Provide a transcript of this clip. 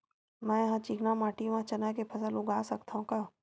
मै ह चिकना माटी म चना के फसल उगा सकथव का?